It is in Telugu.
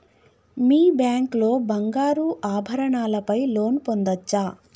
మీ బ్యాంక్ లో బంగారు ఆభరణాల పై లోన్ పొందచ్చా?